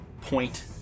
point